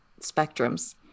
spectrums